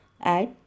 Add